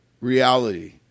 reality